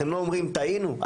אתם לא אומרים טעינו,